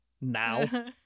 now